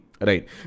right